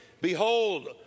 Behold